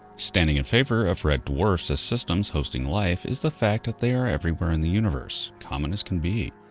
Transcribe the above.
standing in favor of red dwarfs as systems hosting life is the fact that they are everywhere in the universe, common as can be,